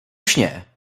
śnie